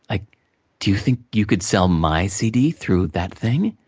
ah do you think you could sell my cd through that thing?